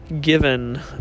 given